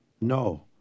No